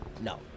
no